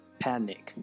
panic